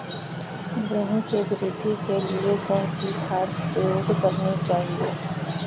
गेहूँ की वृद्धि के लिए कौनसी खाद प्रयोग करनी चाहिए?